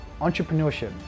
Entrepreneurship